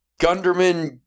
Gunderman